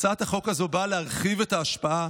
הצעת החוק הזאת באה להרחיב את ההשפעה